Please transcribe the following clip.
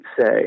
say